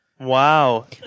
Wow